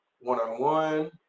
one-on-one